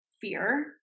fear